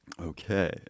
Okay